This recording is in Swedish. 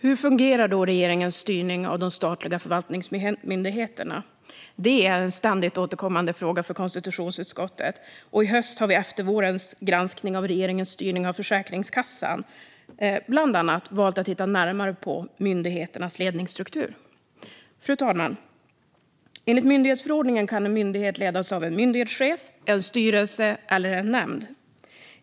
Hur fungerar då regeringens styrning av de statliga förvaltningsmyndigheterna? Det är en ständigt återkommande fråga för konstitutionsutskottet. Och i höst har vi, efter vårens granskning av regeringens styrning av Försäkringskassan, bland annat valt att titta närmare på myndigheternas ledningsstruktur. Fru talman! Enligt myndighetsförordningen kan en myndighet ledas av en myndighetschef, en styrelse eller en nämnd.